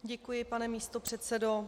Děkuji, pane místopředsedo.